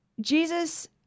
Jesus